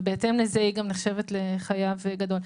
ובהתאם לזה היא גם נחשבת לחייב גדול,